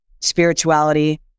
spirituality